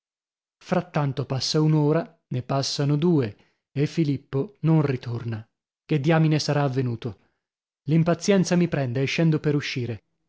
frattanto passa un'ora ne passano due e filippo non ritorna che diamine sarà avvenuto l'impazienza mi prende e scendo per uscire